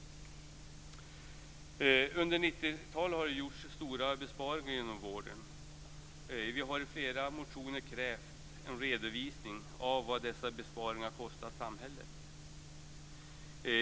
Under 90-talet har det gjorts stora besparingar inom vården. Vi har i flera motioner krävt en redovisning av vad dessa besparingar har kostat samhället.